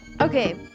Okay